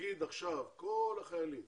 להגיד עכשיו כל החיילים